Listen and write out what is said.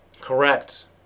correct